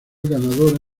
ganadora